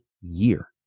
year